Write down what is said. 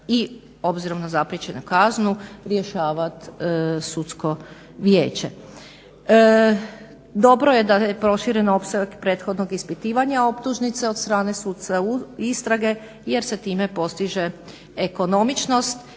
i obzirom na zapriječenu kaznu rješavat Sudsko vijeće. Dobro je da je proširen opseg prethodnog ispitivanja optužnice od strane suca istrage, jer se time postiže ekonomičnost.